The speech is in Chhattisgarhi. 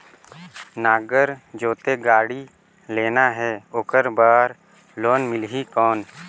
नागर जोते गाड़ी लेना हे ओकर बार लोन मिलही कौन?